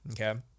okay